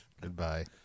Goodbye